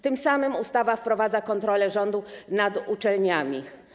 Tym samym ustawa wprowadza kontrolę rządu nad uczelniami.